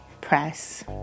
press